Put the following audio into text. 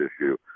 issue